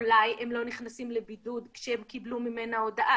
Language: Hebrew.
אולי הם לא נכנסים לבידוד כשהם קיבלו ממנה הודעה.